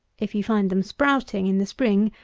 if you find them sprouting in the spring,